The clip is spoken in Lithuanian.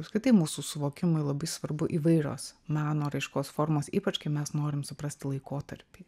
apskritai mūsų suvokimui labai svarbu įvairios meno raiškos formos ypač kai mes norim suprasti laikotarpį